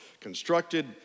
Constructed